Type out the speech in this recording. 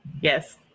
yes